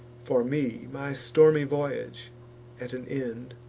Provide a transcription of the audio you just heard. for me, my stormy voyage at an end,